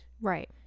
Right